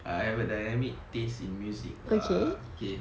I have a dynamic taste in music lah okay